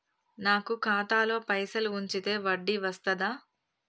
నాకు ఖాతాలో పైసలు ఉంచితే వడ్డీ వస్తదా?